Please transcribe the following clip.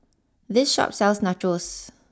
this Shop sells Nachos